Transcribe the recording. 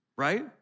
Right